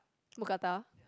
mookata